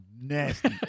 nasty